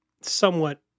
somewhat